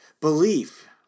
belief